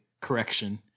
correction